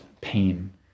pain